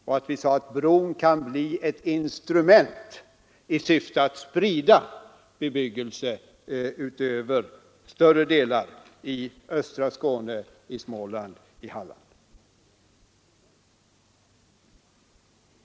Vi har också sagt att bron kan bli ett instrument för att sprida bebyggelsen över större delar av östra Skåne, Småland och Halland.